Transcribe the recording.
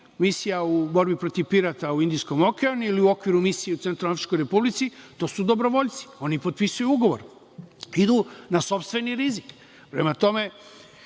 misija u borbi protiv pirata u Indijskom okeanu ili u okviru misije u Centralnoafričkoj republici, to su dobrovoljci. Oni potpisuju ugovor, idu na sopstveni rizik. Prema tome,